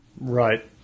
Right